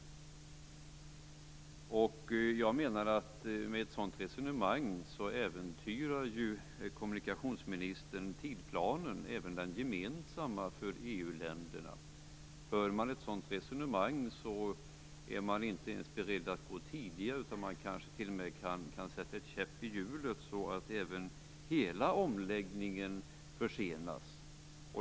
Jag menar att med ett sådant resonemang äventyrar kommunikationsministern den gemensamma tidsplanen för EU länderna. För man ett sådant resonemang är man inte ens beredd att börja tidigare, utan man kan t.o.m. sätta en käpp i hjulet så att hela omläggningen försenas.